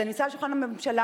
זה נמצא על שולחן הממשלה,